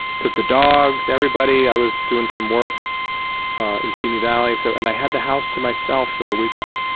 took the dogs, everybody. i was doing some work in simi valley, so and i had the house to myself for a weekend.